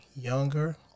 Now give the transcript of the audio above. younger